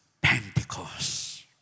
Pentecost